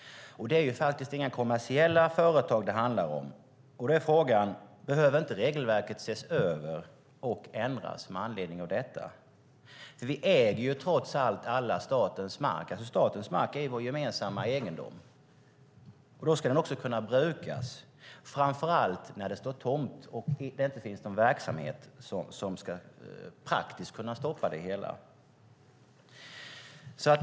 Det är faktiskt inga kommersiella företag det handlar om, och därför är frågan om inte regelverket behöver ses över och ändras med anledning av detta. Vi äger trots allt alla statens mark; statens mark är vår gemensamma egendom. Då ska den också kunna brukas - framför allt när den står tom och det inte finns någon verksamhet som kan praktiskt stoppa det hela.